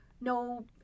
no